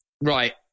right